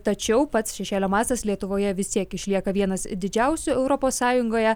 tačiau pats šešėlio mastas lietuvoje vis tiek išlieka vienas didžiausių europos sąjungoje